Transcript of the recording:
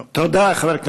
תודה, חבר הכנסת מרגלית.